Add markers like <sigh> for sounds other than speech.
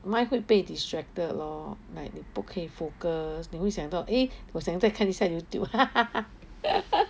mind 会被 distracted lor like 你不可以 focus 你会想到 eh 我想在看一下 Youtube <laughs>